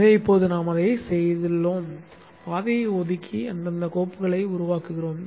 எனவே இப்போது நாம் அதைச் செய்துள்ளோம் பாதையை ஒதுக்கி அந்தந்த கோப்புகளை உருவாக்குவோம்